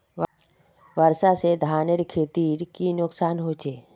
वर्षा से धानेर खेतीर की नुकसान होचे?